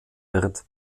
wird